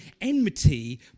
enmity